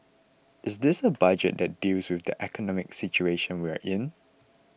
is this a Budget that deals with the economic situation we are in